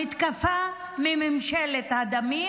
המתקפה מממשלת הדמים,